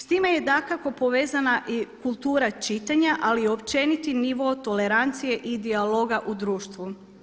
S time je dakako povezana i kultura čitanja, ali i općeniti nivo tolerancije i dijaloga u društvu.